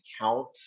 count